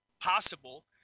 possible